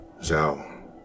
Zhao